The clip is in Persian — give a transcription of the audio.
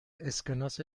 اسکناس